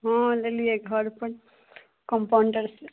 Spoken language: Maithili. हँ लेलियै घरपर कम्पाउण्डरसँ